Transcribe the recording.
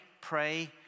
pray